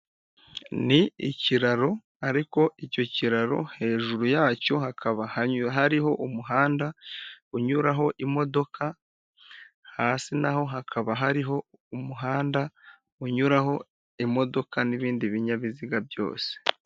Ni ikiraro, ariko icyo kiraro hejuru yacyo hakaba hariho umuhanda, unyuraho imodoka hasi naho hakaba hariho umuhanda unyuraho imodoka n'ibindi binyabiziga byose.